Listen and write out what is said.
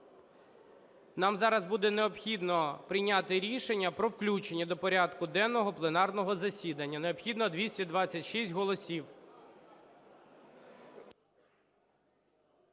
Нам зараз буде необхідно прийняти рішення про включення до порядку денного пленарного засідання, необхідно 226 голосів.